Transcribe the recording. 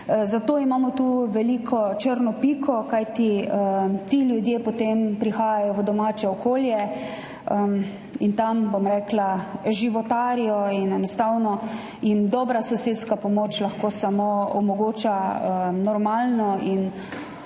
Zato imamo tu veliko črno piko. Kajti ti ljudje potem prihajajo v domače okolje in tam životarijo in jim enostavno samo dobra sosedska pomoč lahko omogoča normalno in